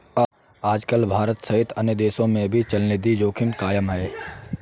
आजकल भारत सहित अन्य देशों में भी चलनिधि जोखिम कायम है